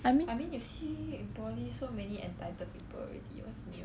I mean